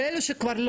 אבל אלה שלא,